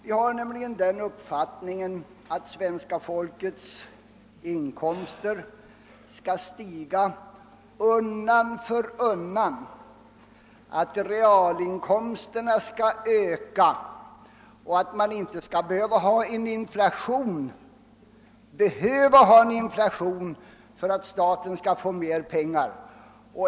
Vi har nämligen den uppfattningen att svenska folkets realinkomster skall stiga undan för undan och att det inte skall behövas en inflation för att staten skall få mer pengar.